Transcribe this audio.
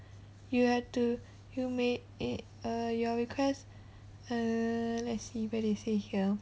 you have to you may eh err your request err let's see where they say here